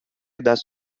دست